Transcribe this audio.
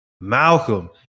Malcolm